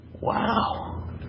Wow